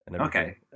Okay